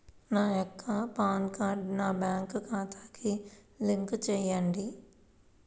నా యొక్క పాన్ కార్డ్ని నా బ్యాంక్ ఖాతాకి లింక్ చెయ్యండి?